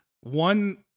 One